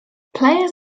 players